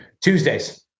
Tuesdays